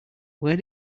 where